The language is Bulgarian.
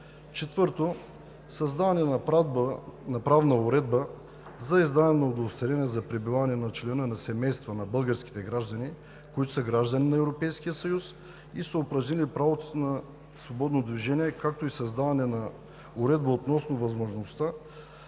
четвърто, създаване на правна уредба за издаване на удостоверение за пребиваване на членове на семейства на български граждани, които са граждани на Европейския съюз и са упражнили правото си на свободно движение, както и създаване на уредба относно възможността